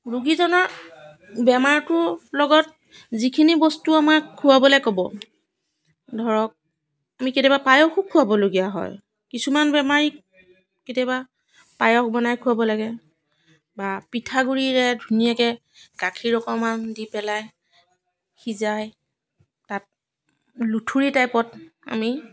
ৰোগীজনৰ বেমাৰটোৰ লগত যিখিনি বস্তু আমাক খোৱাবলৈ ক'ব ধৰক আমি কেতিয়াবা পায়সো খোৱাবলগীয়া হয় কিছুমান বেমাৰীক কেতিয়াবা পায়স বনাই খোৱাব লাগে বা পিঠাগুড়িৰে ধুনীয়াকৈ গাখীৰ অকণমান দি পেলাই সিজাই তাক লুঠুৰি টাইপত আমি